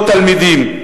600 תלמידים.